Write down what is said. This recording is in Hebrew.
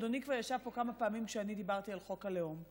אדוני כבר ישב פה כמה פעמים כשאני דיברתי על חוק הלאום,